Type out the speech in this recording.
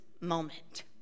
moment